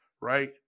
right